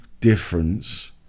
difference